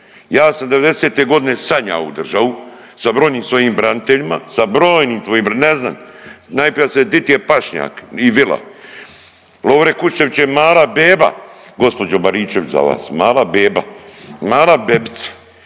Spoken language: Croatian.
Ja sam devedesete godine sanjao ovu državu sa brojnim svojim braniteljima, sa brojnim, ne znam najprije … di ti je pašnjak i vila. Love Kuščević je mala beba gospođo Baričević za vas, mala beba, mala bebica,